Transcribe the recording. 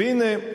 והנה,